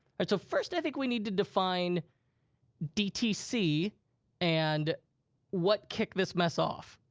right, so first i think we need to define dtc and what kicked this mess off.